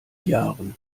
jahren